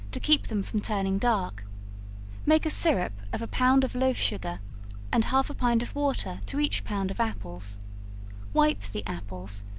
to keep them from turning dark make a syrup of a pound of loaf-sugar, and half a pint of water to each pound of apples wipe the apples,